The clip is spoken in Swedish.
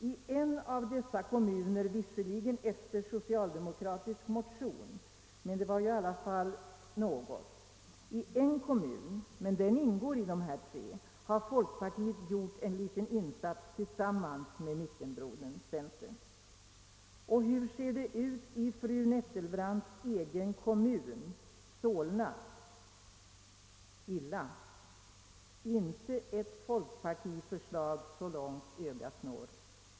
I en av dessa tre kommuner har folkpartiet gjort en liten insats tillsammans med mittenbrodern centern — visserligen efter en socialdemokratisk motion, men det är i alla fall något. Hur ser det ut i fru Nettelbrandts egen kommun, Solna? Illa! Intet folkpartiförslag så långt ögat når.